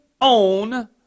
own